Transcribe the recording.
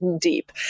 deep